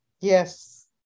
Yes